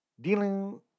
dealing